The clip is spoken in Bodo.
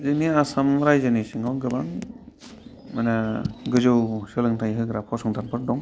जोंनि आसाम रायजोनि सिङाव गोबां माने गोजौ सोलोंथाइ होग्रा फसंथानफोर दं